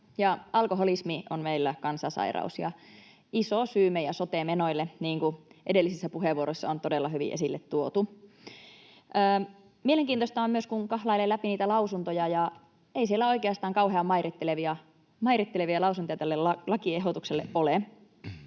alkoholismi on meillä kansansairaus ja iso syy meidän sote-menoille, niin kuin edellisissä puheenvuoroissa on todella hyvin esille tuotu. Mielenkiintoista on myös, kun kahlailee läpi niitä lausuntoja, että ei siellä oikeastaan kauhean mairittelevia lausuntoja tälle lakiehdotukselle ole.